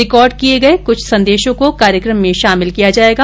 record किए गए कृछ संदेशों को कार्यक्रम में शामिल किया जाएगा